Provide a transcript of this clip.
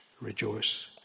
rejoice